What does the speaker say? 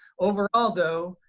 overall though,